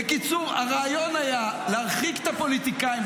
בקיצור, הרעיון היה להרחיק את הפוליטיקאים.